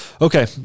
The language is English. okay